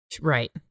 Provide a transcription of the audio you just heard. Right